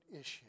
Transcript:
issue